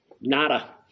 Nada